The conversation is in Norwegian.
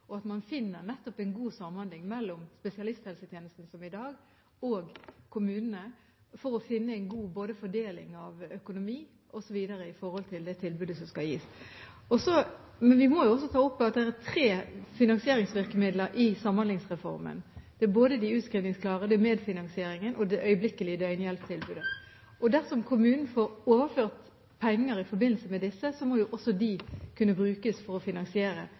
og at man, som i dag, finner en god samhandling mellom spesialisthelsetjenesten og kommunene for å få en god fordeling av økonomi osv. når det gjelder det tilbudet som skal gis. Men vi må også ta opp at det er tre finansieringsvirkemidler i Samhandlingsreformen. Det er både de utskrivningsklare, medfinansieringen og øyeblikkelig-døgnhjelp-tilbudet. Dersom kommunen får overført penger i forbindelse med disse, må også de kunne brukes for å finansiere